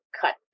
cut